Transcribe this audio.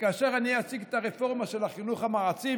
כאשר אציג את הרפורמה של החינוך המעצים,